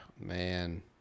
Man